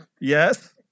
Yes